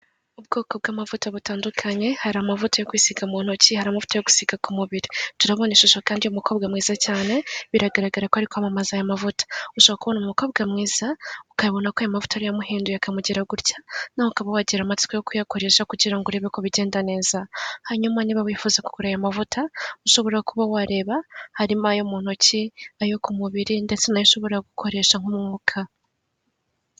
Ubwoko bw'amavuta butandukanye hari amavuta yo kwisiga mu ntoki, hari amavuta yo gusiga ku mubiri, turabona ishusho kandi y'umukobwa mwiza cyane biragaragara ko ari kwamama aya mavuta. Ushobora kubona umukobwa mwiza ukayabona ko aya mavuta ariyo yamuhinduye akamugira gutya nawe ukaba wagira amatsiko yo kuyakoresha kugira ngo urebe ko bigenda neza. Hanyuma niba wifuza kugura aya mavuta ushobora kuba wareba harimo ayo mu ntoki, ayo ku mubiri ndetse nayo ushobora gukoresha nk'umwuka.